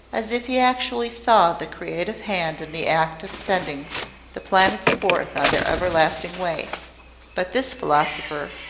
as if he actually saw the creative hand in the act of sending the planets forth on their everlasting way but this philosopher,